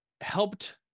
helped